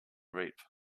reap